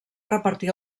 repartir